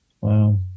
Wow